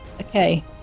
Okay